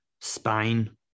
Spain